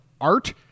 art